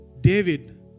David